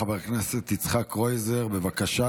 חבר הכנסת יצחק קרויזר, בבקשה.